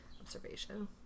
observation